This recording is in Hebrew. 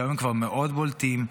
שהיום כבר מאוד בולטים,